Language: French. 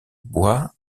bois